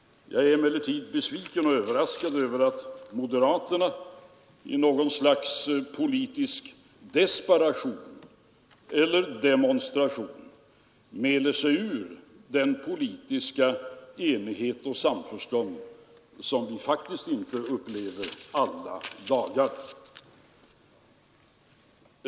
Jag är emellertid besviken på och överraskad över att moderaterna i något slags politisk desperation eller demonstration mäler sig ur den politiska enighet och det samförstånd som vi faktiskt inte upplever alla dagar.